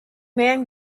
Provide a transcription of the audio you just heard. man